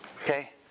Okay